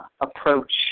approach